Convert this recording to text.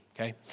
Okay